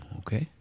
okay